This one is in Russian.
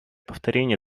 повторения